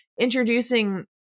introducing